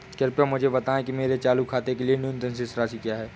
कृपया मुझे बताएं कि मेरे चालू खाते के लिए न्यूनतम शेष राशि क्या है?